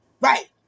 Right